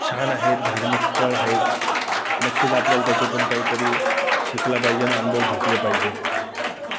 छान आहेत धार्मिक स्थळं आहेत नक्कीच आपल्याला त्याच्यातून काहीतरी शिकलं पाहिजे आणि अनुभव घेतले पाहिजे त